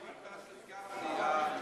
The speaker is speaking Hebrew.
חבר הכנסת גפני,